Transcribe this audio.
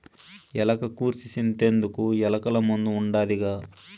ఎలక గూర్సి సింతెందుకు, ఎలకల మందు ఉండాదిగా